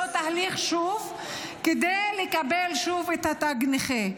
תהליך שוב כדי לקבל שוב את תג הנכה.